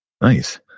Nice